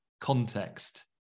context